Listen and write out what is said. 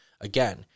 again